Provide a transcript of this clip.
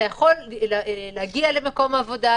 אפשר להגיע למקום העבודה,